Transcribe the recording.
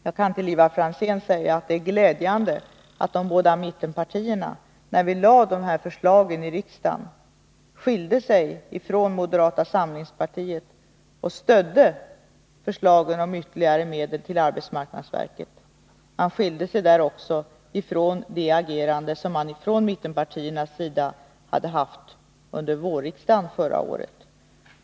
Jag kan till Ivar Franzén säga att det är glädjande att de båda mittenpartierna när vi lade fram de här förslagen i riksdagen skilde sig från moderata samlingspartiet och stödde förslagen om ytterligare medel till arbetsmarknadsverket. Det var också ett annat agerande än mittenpartiernas agerande under vårriksdagen förra året.